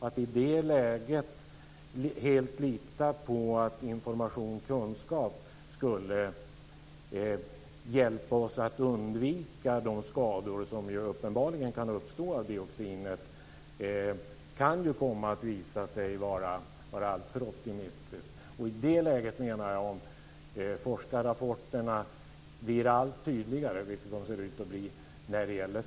Att i det läget helt lita på att kostinformation skulle hjälpa oss att undvika de skador som uppenbarligen kan uppstå av dioxinet kan komma att visa sig vara alltför optimistiskt. Forskarrapporterna om skadorna ser också ut att bli allt tydligare.